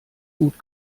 gut